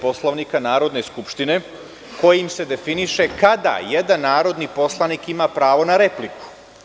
Poslovnika Narodne skupštine, kojim se definiše kada jedan narodni poslanik ima pravo na repliku.